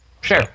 Sure